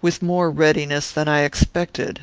with more readiness than i expected.